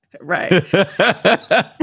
Right